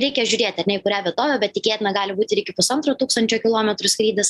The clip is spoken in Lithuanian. reikia žiūrėti ar ne į kurią vietovę bet tikėtina gali būti ir iki pusantro tūkstančio kilometrų skrydis